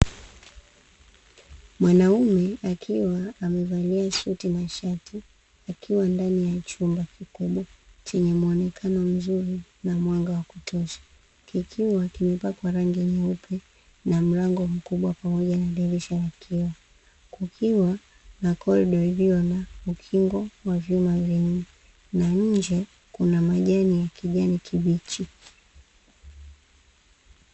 Mwanaume akiwa amevalia suti na shati akiwa ndani ya chumba kikubwa chenye muonekano mzuri na mwanga wa kutosha, kikiwa kimepakwa rangi nyeupe na mlango mkubwa pamoja na dirisha la kioo, kukiwa na kodro iliyona ukingo wa vyuma vinne na nje kuna majani ya kijani kibichi.